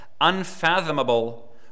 unfathomable